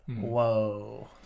Whoa